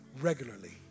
regularly